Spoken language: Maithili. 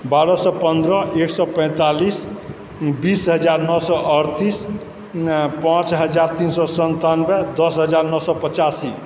बारह सए पन्द्रह एक सए पैंतालिस बीस हजार नओ सए अठतीस पाँच हजार तीन सए सन्तानबे दश हजार नओ सए पचासी